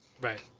Right